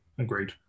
Agreed